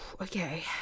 Okay